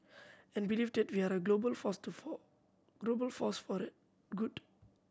and believe that we are a global force to for global force for the good